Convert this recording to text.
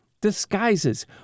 disguises